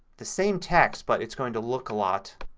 the same text but it's going to look a lot